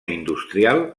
industrial